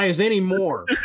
anymore